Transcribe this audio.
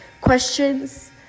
questions